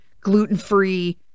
gluten-free